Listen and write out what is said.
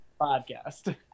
podcast